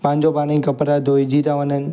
पंहिंजो पाणेई कपिड़ा धोइजी था वञनि